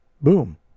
boom